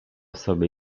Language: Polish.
sobie